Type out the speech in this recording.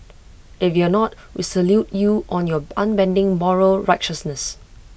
if you're not we salute you on your unbending moral righteousness